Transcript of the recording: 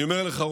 אני אומר לך,